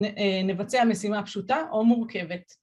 ‫נבצע משימה פשוטה או מורכבת.